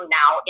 now